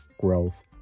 growth